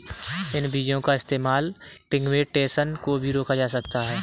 इन बीजो का इस्तेमाल पिग्मेंटेशन को भी रोका जा सकता है